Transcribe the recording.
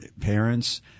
parents